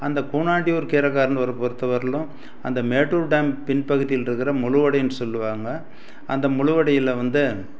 அந்த கூனாண்டியூர் கீரைக்காரனூர் பொறுத்தவரையிலும் அந்த மேட்டூர் டேம் பின் பகுதியில் இருக்கிற முழுவோடைனு சொல்லுவாங்க அந்த முழுவோடையில வந்து